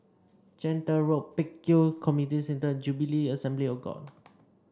Gentle Road Pek Kio Community Centre Jubilee Assembly of God